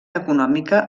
econòmica